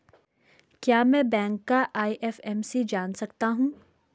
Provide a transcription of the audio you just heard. क्या मैं बैंक का आई.एफ.एम.सी जान सकता हूँ?